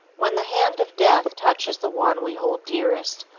when the hand of death touches the one we hold dearest,